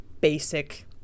basic